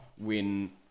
win